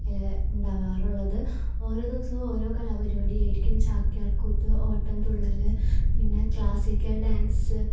ഉണ്ടാവാറുള്ളത് ഓരോ ദിവസവും ഓരോ കലാപരിപാടിയായിരിക്കും ചാക്യാർകൂത്ത് ഓട്ടംതുള്ളൽ പിന്നെ ക്ലാസിക്കൽ ഡാൻസ്